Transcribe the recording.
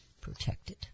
protected